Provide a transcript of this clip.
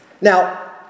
Now